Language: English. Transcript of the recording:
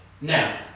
Now